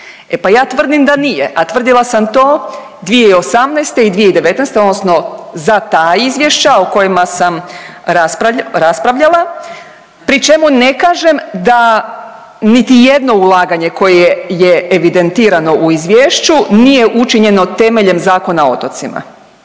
E pa ja tvrdim da nije, a tvrdila sam to 2018. i 2019. odnosno za ta izvješća o kojima sam raspravljala, pri čemu ne kažem da niti jedno ulaganje koje je evidentirano u Izvješću, nije učinjeno temeljem Zakon o otocima,